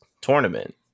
tournament